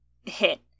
hit